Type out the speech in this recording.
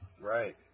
Right